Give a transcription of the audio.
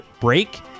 break